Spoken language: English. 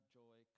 joy